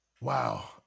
Wow